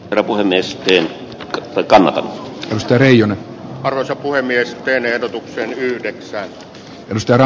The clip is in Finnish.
turku nesteen aikana kansleri on arvoisa puhemies ben ehdotuksen yhdeksän ystävä